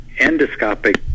endoscopic